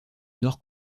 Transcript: nord